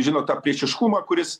žinot tą priešiškumą kuris